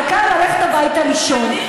העיקר ללכת הביתה לישון.